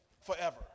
forever